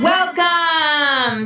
Welcome